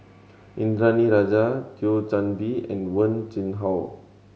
Indranee Rajah Thio Chan Bee and Wen Jinhua